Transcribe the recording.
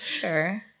Sure